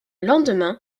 lendemain